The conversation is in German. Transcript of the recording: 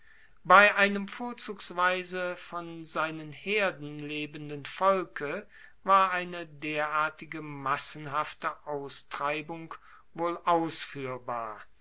bei einem vorzugsweise von seinen herden lebenden volke war eine derartige massenhafte austreibung wohl ausfuehrbar